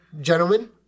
gentlemen